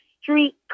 street